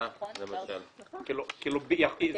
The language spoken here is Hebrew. עבד אל חכים חאג' יחיא (הרשימה המשותפת): כלומר